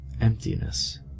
emptiness